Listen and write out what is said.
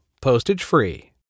Postage-free